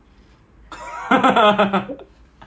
but I still need to take forty minutes to go in eh imagine that